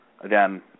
again